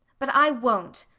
but i won't.